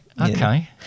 Okay